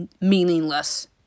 meaningless